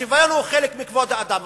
השוויון הוא חלק מכבוד האדם.